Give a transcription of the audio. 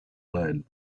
lead